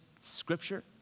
scripture